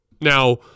Now